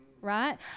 right